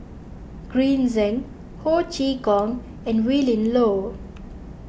Green Zeng Ho Chee Kong and Willin Low